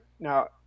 Now